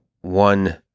one